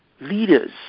Leaders